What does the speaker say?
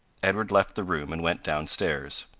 edward left the room, and went down stairs.